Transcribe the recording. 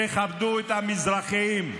תכבדו את המזרחים,